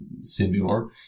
similar